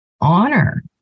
honor